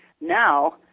now